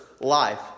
life